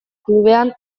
klubean